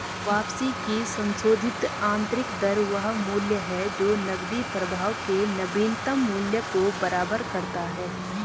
वापसी की संशोधित आंतरिक दर वह मूल्य है जो नकदी प्रवाह के नवीनतम मूल्य को बराबर करता है